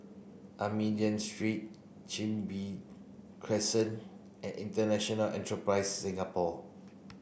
Armenian Street Chin Bee Crescent and International Enterprise Singapore